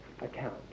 account